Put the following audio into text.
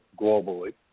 globally